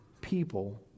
people